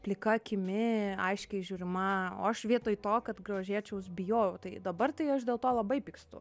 plika akimi aiškiai įžiūrima o aš vietoj to kad grožėčiaus bijojau tai dabar tai aš dėl to labai pykstu